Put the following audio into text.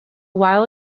while